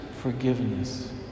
forgiveness